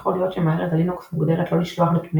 יכול להיות שמערכת הלינוקס מוגדרת לא לשלוח נתונים